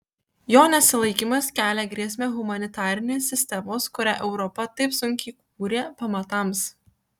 jo nesilaikymas kelia grėsmę humanitarinės sistemos kurią europa taip sunkiai kūrė pamatams